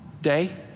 day